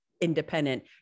independent